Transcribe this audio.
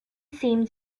seemed